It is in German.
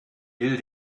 will